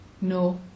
No